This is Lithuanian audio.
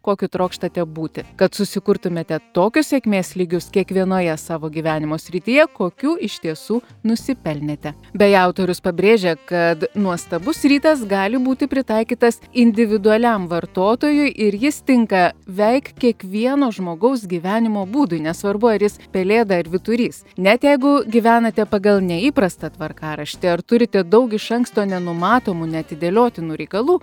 kokiu trokštate būti kad susikurtumėte tokios sėkmės lygius kiekvienoje savo gyvenimo srityje kokių iš tiesų nusipelnėte beje autorius pabrėžia kad nuostabus rytas gali būti pritaikytas individualiam vartotojui ir jis tinka veik kiekvieno žmogaus gyvenimo būdui nesvarbu ar jis pelėda ir vyturys net jeigu gyvenate pagal neįprastą tvarkaraštį ar turite daug iš anksto nenumatomų neatidėliotinų reikalų